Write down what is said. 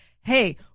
hey